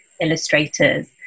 illustrators